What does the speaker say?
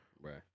Right